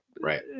Right